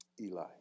Eli